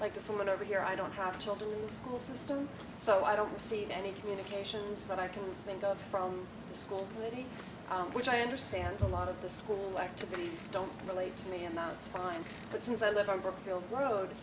like this one over here i don't have children school system so i don't see any communications that i can think of from the school committee which i understand a lot of the school activities don't relate to me amounts of time but since i live on